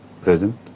present